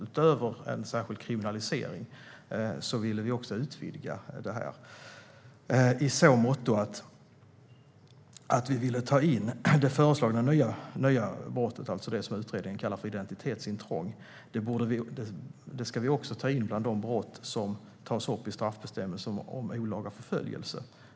Utöver en kriminalisering vill vi utvidga det här i så måtto att vi vill ta in det föreslagna nya brottet, alltså det som utredningen kallar för identitetsintrång, bland de brott som tas upp i straffbestämmelsen om olaga förföljelse.